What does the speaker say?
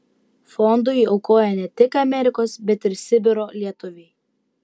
fondui aukoja ne tik amerikos bet ir sibiro lietuviai